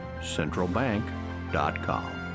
CentralBank.com